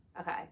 Okay